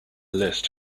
list